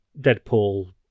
Deadpool